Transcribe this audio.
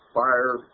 fire